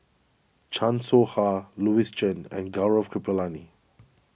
Chan Soh Ha Louis Chen and Gaurav Kripalani